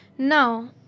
Now